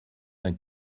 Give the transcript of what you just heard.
d’un